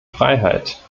freiheit